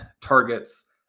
targets